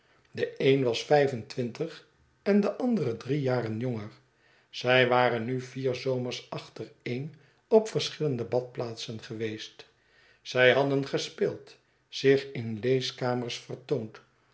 de een was vijf en twintig en de andere drie jaren jonger zij waren nu vier zomers achtereen op verschillende badplaatsen geweest zij hadden gespeeld zich in leeskamers vertoond